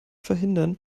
verhindern